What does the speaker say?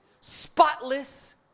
spotless